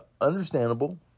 Understandable